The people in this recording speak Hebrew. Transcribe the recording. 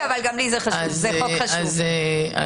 את התיקון אפשר לעשות אחרי הקריאה הראשונה.